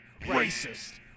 racist